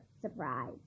surprise